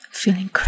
feeling